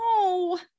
No